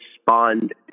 spawned